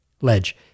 Ledge